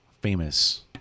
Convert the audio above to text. famous